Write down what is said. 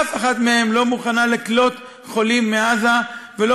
אף אחת מהן לא מוכנה לקלוט חולים מעזה ולא